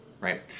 right